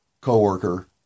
coworker